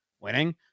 winning